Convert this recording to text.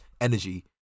energy